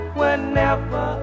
whenever